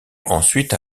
ensuite